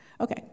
Okay